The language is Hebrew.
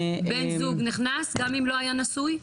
בן זוג נכנס גם אם לא היה נשוי?